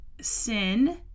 sin